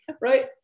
right